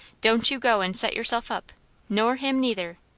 don't you go and set yourself up nor him neither.